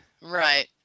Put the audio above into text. Right